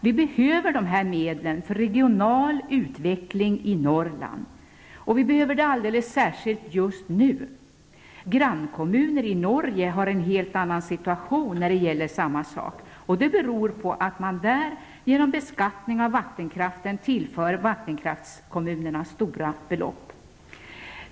Vi behöver dessa medel för regional utveckling i Norrland, och vi behöver dem alldeles särskilt just nu. Grannkommuner i Norge har en helt annan situation när det gäller samma sak. Det beror på att man där genom beskattning av vattenkraften tillför vattenkraftskommunerna stora belopp.